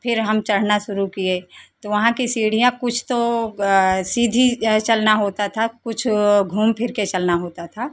फिर हम चढ़ना शुरू किए तो वहां की सीढ़ियां कुछ तो सीधी चलना होता था कुछ घूम फिर के चलना होता था